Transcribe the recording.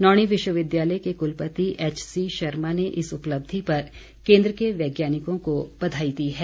नौणी विश्वविद्यालय के कुलपति एचसी शर्मा ने इस उपलब्धि पर केन्द्र के वैज्ञानिकों को बधाई दी है